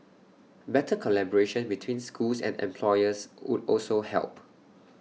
better collaboration between schools and employers would also help